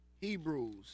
Hebrews